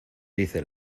dice